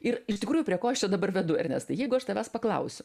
ir iš tikrųjų prie ko aš čia dabar vedu ernestai jeigu aš tavęs paklausiu